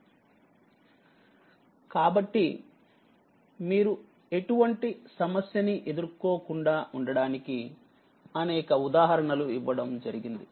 z కాబట్టిమీరు ఎటువంటి సమస్యని ఎదుర్కోకుండా ఉండడానికి అనేక ఉదాహరణలు ఇవ్వడం జరిగింది